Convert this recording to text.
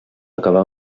acabà